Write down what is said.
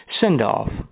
send-off